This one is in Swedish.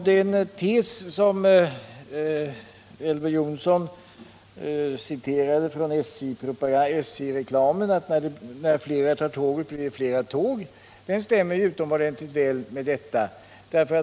Den tes som Elver Jonsson citerade från SJ-reklamen, att när flera tar tåget blir det flera tåg, stämmer utomordentligt väl.